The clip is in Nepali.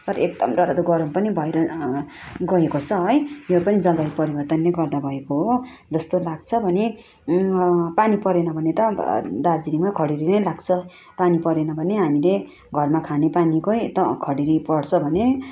तर एकदम डरलाग्दो गरम पनि भएर गएको छ है यो पनि जलवायु परिवर्तनले गर्दा भएको हो जस्तो लाग्छ भने पानी परेन भने त अन्त दार्जिलिङमा खडेरी नै लाग्छ पानी परेन भने हामीले घरमा खाने पानीकै त खडेरी पर्छ भने